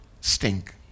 stink